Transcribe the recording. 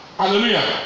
hallelujah